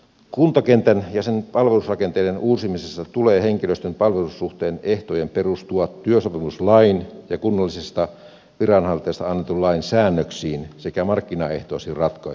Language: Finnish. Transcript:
kuntakentän ja sen palvelurakenteiden uusimisessa tulee henkilöstön palvelussuhteen ehtojen perustua työsopimuslain ja kunnallisesta viranhaltijasta annetun lain säännöksiin sekä markkinaehtoisiin ratkaisuihin